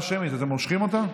אתם מושכים אותה?